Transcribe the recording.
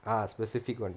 ah specific one